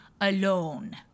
alone